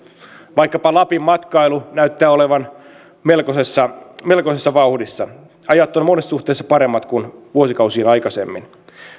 vaikkapa lapin matkailu näyttää olevan melkoisessa melkoisessa vauhdissa ajat ovat monessa suhteessa paremmat kuin vuosikausiin aikaisemmin